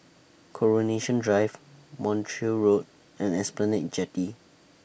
Coronation Drive Montreal Road and Esplanade Jetty